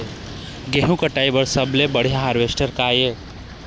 गेहूं कटाई बर सबले बढ़िया हारवेस्टर का ये?